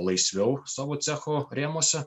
laisviau savo cecho rėmuose